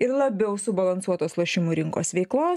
ir labiau subalansuotos lošimų rinkos veiklos